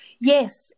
Yes